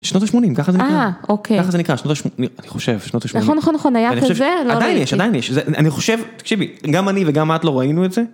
שנות ה-80, ככה זה נקרא, ככה זה נקרא, שנות ה-80, אני חושב, שנות ה-80. נכון, נכון, נכון, היה כזה? לא ראיתי. עדיין יש, עדיין יש, אני חושב, תקשיבי, גם אני וגם את לא ראינו את זה.